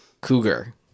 cougar